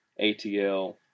ATL